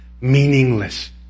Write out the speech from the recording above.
meaningless